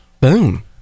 Boom